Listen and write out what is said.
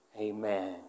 Amen